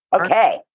Okay